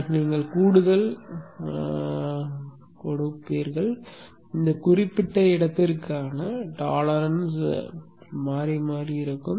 அதற்கு நீங்கள் கூடுதல் கொடுக்கிறீர்கள் அந்த குறிப்பிட்ட இடத்திற்கான டோலெரான்ஸ் மாறிமாறி இருக்கும்